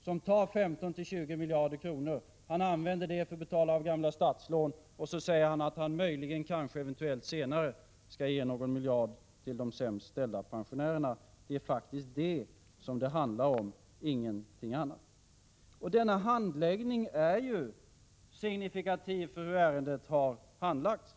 som tar 15-20 miljarder kronor, använda pengarna för att betala av gamla statslån och säga att han möjligen, kanske, eventuellt senare skall ge någon miljard till de sämst ställda pensionärerna. Det är faktiskt detta det handlar om, ingenting annat. Denna handläggning är signifikativ för hur ärendet har handlagts.